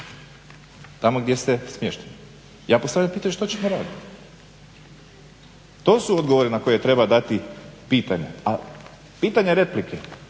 tamo gdje ste smješteni. Ja postavljam pitanje što ću ja raditi? To su odgovori na koje treba dati pitanja. A pitanje replike,